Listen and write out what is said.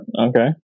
Okay